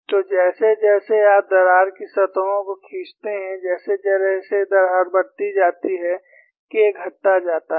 तो जैसे जैसे आप दरार की सतहों को खींचते हैं जैसे जैसे दरार बढ़ती जाती है K घटता जाता है